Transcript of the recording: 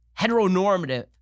heteronormative